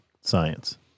science